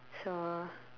so